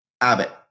Abbott